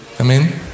Amen